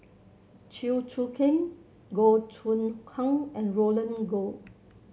Chew Choo Keng Goh Choon Kang and Roland Goh